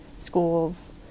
schools